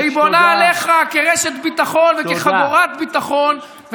והיא בונה עליך כרשת ביטחון וכחגורת ביטחון,